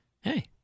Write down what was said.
hey